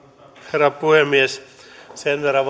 herra puhemies sen verran